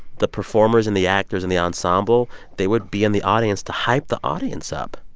the performers and the actors in the ensemble, they would be in the audience to hype the audience up.